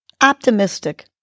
optimistic